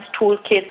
Toolkit